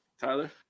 Tyler